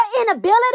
inability